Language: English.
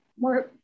more